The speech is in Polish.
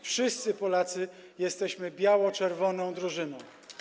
Wszyscy Polacy jesteśmy biało-czerwoną drużyną.